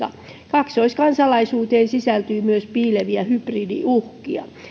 kaksoiskansalaisuuteen sisältyy myös piileviä hybridiuhkia